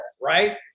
right